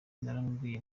naramubwiye